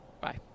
Bye